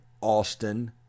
Austin